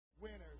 winners